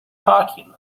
talking